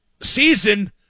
season